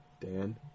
Dan